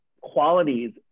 qualities